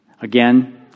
Again